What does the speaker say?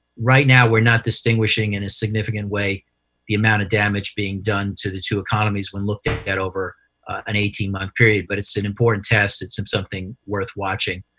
right now, we're not distinguishing in a significant way the amount of damage being done to the two economies when looked at at over an eighteen month period, but it's an important test. it's something worth watching.